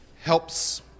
helps